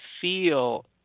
feel